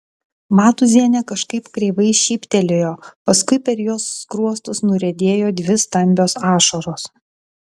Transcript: matūzienė kažkaip kreivai šyptelėjo paskui per jos skruostus nuriedėjo dvi stambios ašaros